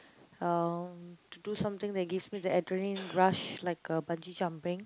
um to do something that gives me the adrenaline rush like uh bungee jumping